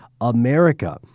America